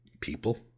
people